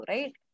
Right